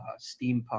*Steampunk*